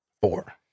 four